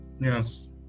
Yes